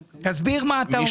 תסביר מה אתה אומר.